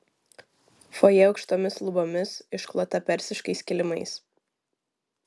fojė aukštomis lubomis išklota persiškais kilimais